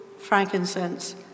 frankincense